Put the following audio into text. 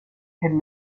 had